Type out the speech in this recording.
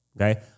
okay